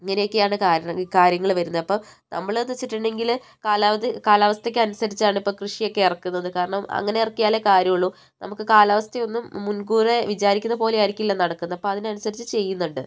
ഇങ്ങനെയൊക്കെയാണ് കാരണം കാര്യങ്ങൾ വരുന്നത് അപ്പം നമ്മൾ എന്ന് വെച്ചിട്ടുണ്ടെങ്കിൽ കാലാവധി കാലാവസ്ഥക്കനുസരിച്ചാണ് ഇപ്പം കൃഷിയൊക്കെ ഇറക്കുന്നത് കാരണം അങ്ങനെ ഇറക്കിയാലേ കാര്യം ഉള്ളൂ നമുക്ക് കാലാവസ്ഥയൊന്നും മുൻകൂറായി വിചാരിക്കുന്നതുപോലെ ആയിരിക്കില്ല നടക്കുന്നത് അപ്പം അതിനനുസരിച്ച് ചെയ്യുന്നുണ്ട്